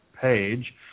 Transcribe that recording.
page